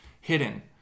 hidden